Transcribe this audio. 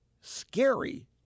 scary